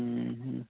ଉଁ ହୁଁ